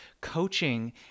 Coaching